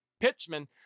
pitchman